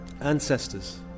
ancestors